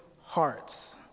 hearts